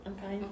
Okay